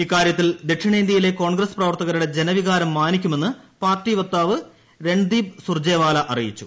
ഇക്കാര്യത്തിൽ ദക്ഷിണേന്തൃയിലെ കോൺഗ്രസ് പ്രവർത്ത്കരു്ടെ ജനവികാരം മാനിക്കുമെന്ന് പാർട്ടി വക്താവ് രൺദീപ് സുർജേവാല അറിയിച്ചു